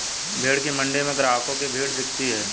भेंड़ की मण्डी में ग्राहकों की भीड़ दिखती है